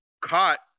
caught